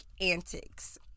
Antics